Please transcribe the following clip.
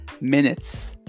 minutes